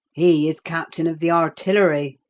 he is captain of the artillery,